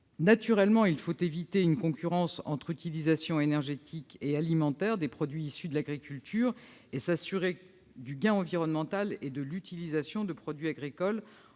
Naturellement, il faut éviter une concurrence entre utilisations énergétiques et alimentaires des produits issus de l'agriculture et s'assurer du gain environnemental que doit représenter l'utilisation de produits agricoles